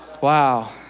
Wow